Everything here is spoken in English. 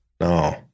No